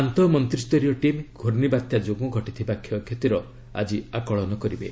ଆନ୍ତଃ ମନ୍ତ୍ରିସରୀୟ ଟିମ୍ ୍ରର୍ଷ୍ଣବାତ୍ୟା ଯୋଗୁଁ ଘଟିଥିବା କ୍ଷୟକ୍ଷତିର ଆଜି ଆକଳନ କରିବେ